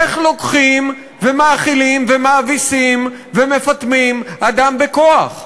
איך לוקחים ומאכילים ומאביסים ומפטמים אדם בכוח?